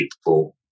people